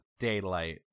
daylight